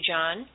John